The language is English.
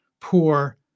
poor